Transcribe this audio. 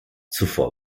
zuvor